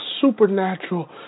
supernatural